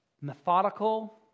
methodical